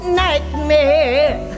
nightmare